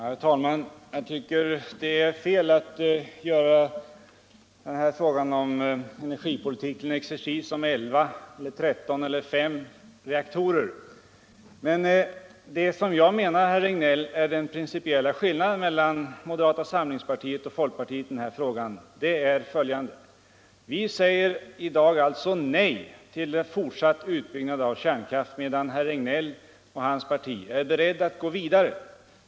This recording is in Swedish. Herr talman! Jag tycker att det är fel att göra frågan om energipolitiken till en exercis om 11, 13 eller 5 reaktorer. Vad jag, herr Regnéll, menar är att den principiella skillnaden mellan moderata samlingspartiet och folkpartiet i denna fråga är en annan. Vi säger i dag nej till fortsatt utbyggnad av kärnkraft medan herr Regnéll och hans parti är beredda att gå vidare.